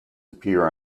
appear